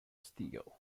steel